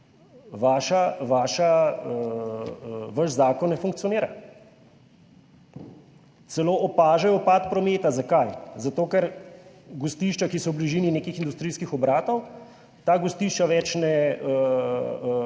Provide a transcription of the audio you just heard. vaš zakon ne funkcionira, celo opažajo upad prometa. Zakaj? Zato, ker gostišča, ki so v bližini nekih industrijskih obratov, teh gostišč več ne